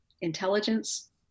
intelligence